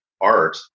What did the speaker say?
art